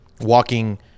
walking